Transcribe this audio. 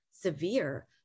severe